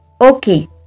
Okay